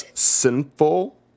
sinful